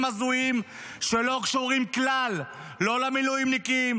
הזויים שלא קשורים כלל לא למילואימניקים,